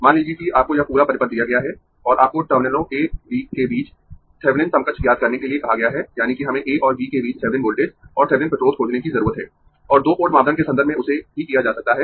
मान लीजिए कि आपको यह पूरा परिपथ दिया गया है और आपको टर्मिनलों A B के बीच थेविनिन समकक्ष ज्ञात करने के लिए कहा गया है यानी कि हमें A और B के बीच थेविनिन वोल्टेज और थेविनिन प्रतिरोध खोजने की जरूरत है और दो पोर्ट मापदंड के संदर्भ में उसे भी किया जा सकता है